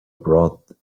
brought